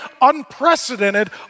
unprecedented